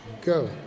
Go